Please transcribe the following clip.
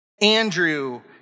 Andrew